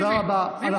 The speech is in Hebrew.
תודה רבה.